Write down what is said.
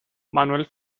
manuel